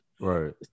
Right